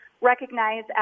recognize